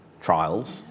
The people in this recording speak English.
trials